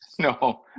No